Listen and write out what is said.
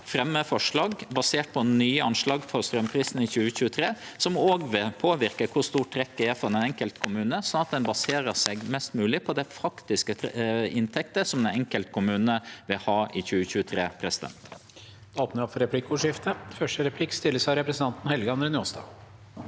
fremje forslag basert på nye anslag for straumprisen i 2023, som også vil påverke kor stort trekk det vert for den enkelte kommunen, slik at ein baserer seg mest mogleg på dei faktiske inntektene som den enkelte kommunen vil ha i 2023.